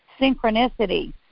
synchronicity